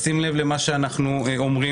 לשים לב למה שאנחנו אומרים,